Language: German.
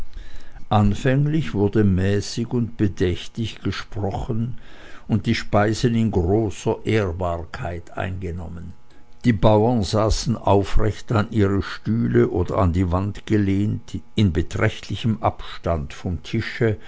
anfänglich wurde mäßig und bedächtig gesprochen und die speisen in großer ehrbarkeit eingenommen die bauern saßen aufrecht an ihre stühle oder an die wand gelehnt in beträchtlichem abstand vom tische